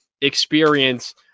experience